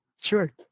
sure